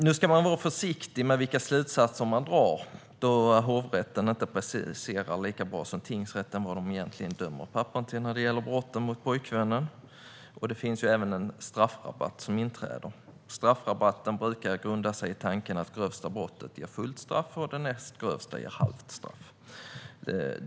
Nu ska man vara försiktig med vilka slutsatser man drar, eftersom hovrätten inte preciserar lika bra som tingsrätten vad de egentligen dömer pappan till när det gäller brotten mot pojkvännen. Det finns även en straffrabatt som inträder. Straffrabatten brukar grunda sig i tanken att det grövsta brottet ger fullt straff och det näst grövsta ger halvt straff.